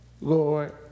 Lord